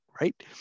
right